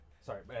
Sorry